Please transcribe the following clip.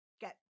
get